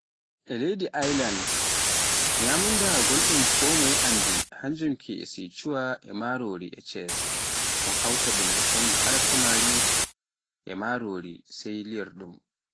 E leydi Ailan nyamunda gonɗum konmoye anndi e hannjum ke Sichua e marori e cheesi, un hawta ɗum e shondi Alkamar e marori sai liyorɗum.